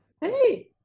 Hey